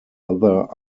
other